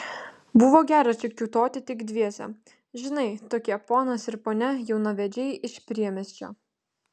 buvo gera čia kiūtoti tik dviese žinai tokie ponas ir ponia jaunavedžiai iš priemiesčio